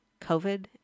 COVID